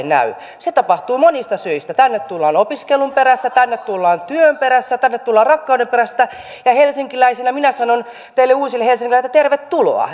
näy se tapahtuu monista syistä tänne tullaan opiskelun perässä tänne tullaan työn perässä tänne tullaan rakkauden perässä ja helsinkiläisenä minä sanon teille uusille helsinkiläisille että tervetuloa